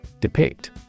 Depict